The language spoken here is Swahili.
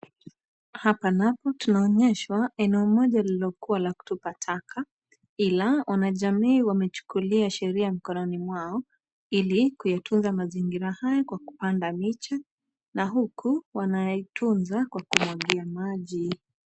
Hapana napo tunaonyeshwa eneo moja lililokuwa la kutupa taka. Ila wanajamii wamechukuliwa sheria mkononi mwao, ili kuyatunza mazingira hayo kwa kupanda miche. Na huko wanaitunza kwa kumwagia maji.